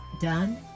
done